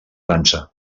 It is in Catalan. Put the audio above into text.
dansa